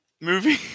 movie